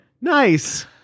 Nice